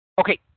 Okay